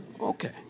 Okay